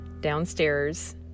downstairs